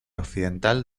occidental